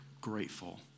grateful